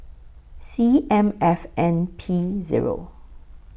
C M F N P Zero